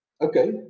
Okay